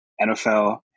NFL